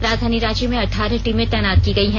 राजधानी रांची में अठारह टीमें तैनात की गई हैं